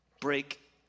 break